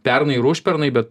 pernai ir užpernai bet